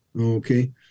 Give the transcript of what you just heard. Okay